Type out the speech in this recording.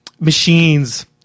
Machines